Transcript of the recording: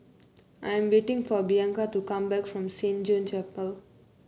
I am waiting for Bianca to come back from Saint John's Chapel